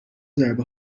ضربه